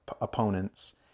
opponents